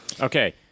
Okay